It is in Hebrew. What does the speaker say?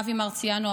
אבי מרציאנו,